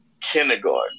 Kindergarten